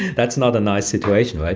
that's not a nice situation. but